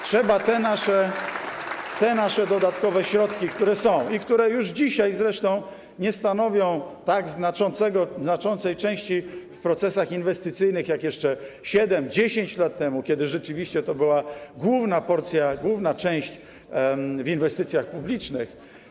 Trzeba te nasze dodatkowe środki, które są i które już dzisiaj zresztą nie stanowią tak znaczącej części w procesach inwestycyjnych, jak jeszcze 7, 10 lat temu, kiedy rzeczywiście to była główna porcja, główna część w inwestycjach publicznych.